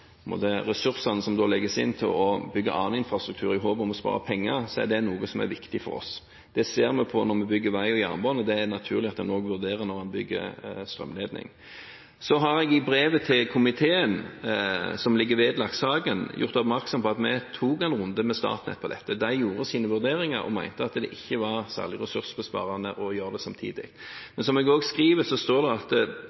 noe som er viktig for oss. Det ser vi på når vi bygger veier og jernbane, og det er det naturlig at en også vurderer når en bygger strømledning. Så har jeg i brevet til komiteen, som er vedlagt saken, gjort oppmerksom på at vi tok en runde med Statnett på dette. De gjorde sine vurderinger og mente at det ikke var særlig ressursbesparende å gjøre det samtidig.